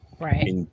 right